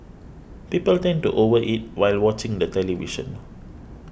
people tend to over eat while watching the television